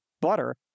butter